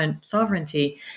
sovereignty